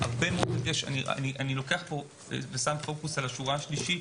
אני שולח אתכם לשורה שלישית,